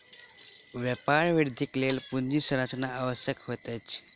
व्यापार वृद्धिक लेल पूंजी संरचना आवश्यक होइत अछि